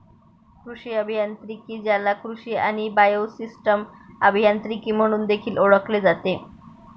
कृषी अभियांत्रिकी, ज्याला कृषी आणि बायोसिस्टम अभियांत्रिकी म्हणून देखील ओळखले जाते